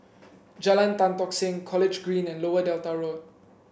Jalan Tan Tock Seng College Green and Lower Delta Road